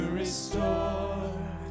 restore